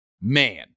man